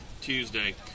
Tuesday